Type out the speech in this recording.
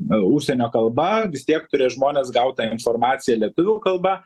užsienio kalba vis tiek turės žmonės gauti tą informaciją lietuvių kalba